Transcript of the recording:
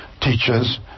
teachers